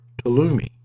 Tulumi